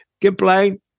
complain